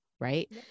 right